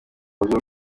buryo